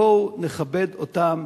בואו נכבד אותם,